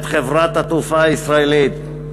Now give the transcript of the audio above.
את חברת התעופה הישראלית.